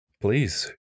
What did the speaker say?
Please